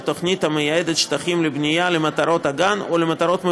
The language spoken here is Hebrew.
תוכנית המייעדת שטחים לבנייה למטרות הגן או למטרות מגורים,